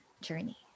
Journey